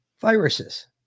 viruses